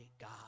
God